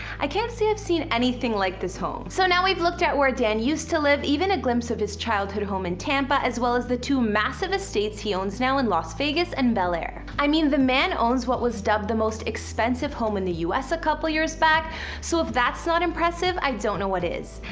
i cant say i've seen anything like this home! so now we've looked at where dan used to live, even a glimpse of his childhood home in tampa, as well as the two massive estates he owns now in las vegas and bel air. i mean the man owns what was dubbed the most expensive home in the us a couple years back so if that's not impressive i don't know what is.